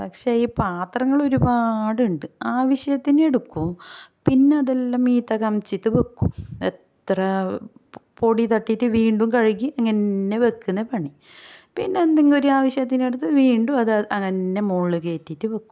പക്ഷെ ഈ പാത്രങ്ങൾ ഒരുപാടുണ്ട് ആവിശ്യത്തിന് എടുക്കും പിന്നെ അതെല്ലാം മീതേ കമിഴ്ത്തി വയ്ക്കും എത്ര പൊടിതട്ടിയിട്ട് വീണ്ടും കഴുകി ഇങ്ങനെ വയ്ക്കുന്ന പണി പിന്നെ എന്തെങ്കിലും ഒരു ആവിശ്യത്തിന് എടുത്ത് വീണ്ടും അത് അങ്ങനെ മുകളിൽ കയറ്റിയിട്ട് വയ്ക്കും